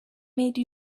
made